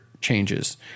changes